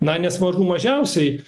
na nes mažų mažiausiai